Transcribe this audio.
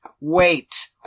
Wait